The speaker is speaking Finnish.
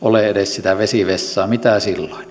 ole edes sitä vesivessaa mitä silloin